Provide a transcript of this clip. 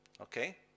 okay